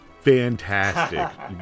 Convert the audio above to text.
fantastic